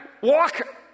walk